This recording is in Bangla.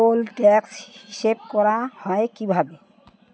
কোল ট্যাক্স হিসেব করা হয় কীভাবে